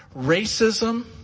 racism